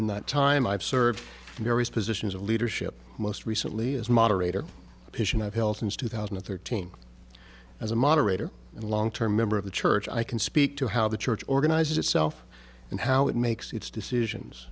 in that time i've served in various positions of leadership most recently as moderator of hiltons two thousand and thirteen as a moderator and long term member of the church i can speak to how the church organizes itself and how it makes its decisions